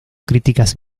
críticas